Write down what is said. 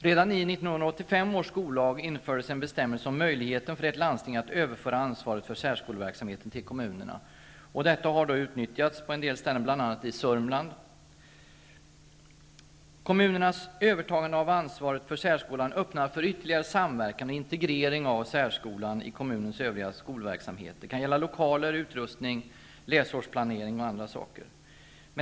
Redan i 1985 års skollag infördes en bestämmelse om möjligheten för ett landsting att överföra ansvaret för särkoleverksamheten till kommunerna. Detta har utnyttjats på en del ställen, bl.a. i Sörmland. Kommunernas övertagande av ansvaret för särskolan öppnar för ytterligare samverkan och integrering av särskolan i kommunens övriga skolverksamhet. Det kan gälla lokaler, utrustning, läsårsplanering m.m.